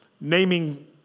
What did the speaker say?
naming